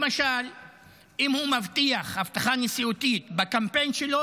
למשל אם הוא מבטיח הבטחה נשיאותית בקמפיין שלו